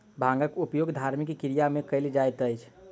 भांगक उपयोग धार्मिक क्रिया में कयल जाइत अछि